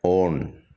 on